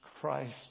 Christ